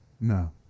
No